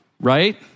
right